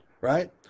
right